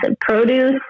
produce